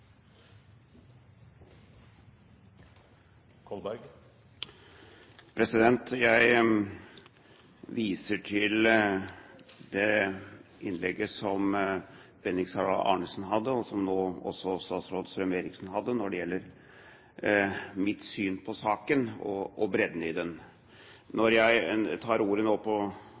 det innlegget som statsråd Strøm-Erichsen hadde nå, når det gjelder mitt syn på saken og bredden i den. Når jeg tar ordet nå – kanskje på